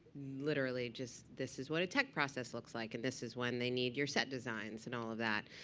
literally just this is what a tech process looks like. and this is when they need your set designs, and all of that.